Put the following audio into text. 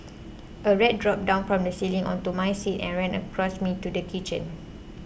a rat dropped down from the ceiling onto my seat and ran across me to the kitchen